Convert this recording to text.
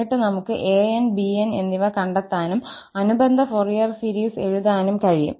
എന്നിട്ട് നമുക്ക് 𝑎𝑛 𝑏𝑛 എന്നിവ കണ്ടെത്താനും അനുബന്ധ ഫൊറിയർ സീരീസ് എഴുതാനും കഴിയും